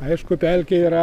aišku pelkė yra